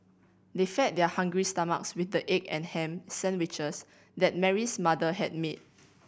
they fed their hungry stomachs with the egg and ham sandwiches that Mary's mother had made